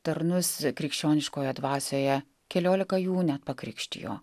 tarnus krikščioniškoje dvasioje keliolika jų net pakrikštijo